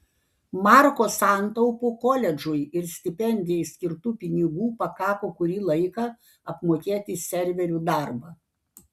marko santaupų koledžui ir stipendijai skirtų pinigų pakako kurį laiką apmokėti serverių darbą